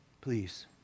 Please